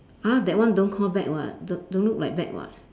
!huh! that one don't call bag [what] d~ don't look like bag [what]